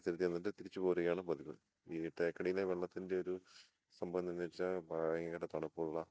ആ പരിസരത്തു ചെന്നിട്ട് തിരിച്ചു പോരുകയാണ് പതിവ് ഈ തേക്കടിയിലെ വെള്ളത്തിൻ്റെ ഒരു സംഭവം എന്തെന്നു വച്ചാൽ ഭയങ്കര തണുപ്പുള്ള